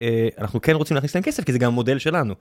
אנחנו כן רוצים להכניס את הכסף כי זה גם מודל שלנו.